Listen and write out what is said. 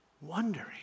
wondering